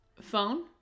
phone